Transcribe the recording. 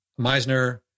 Meisner